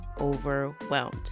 overwhelmed